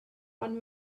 ond